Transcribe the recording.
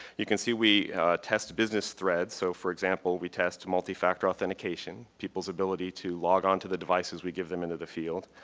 you can see we test business threads so for example, we test multifactor authentication, people's ability to log on to the devices we give them in the field.